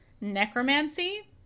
necromancy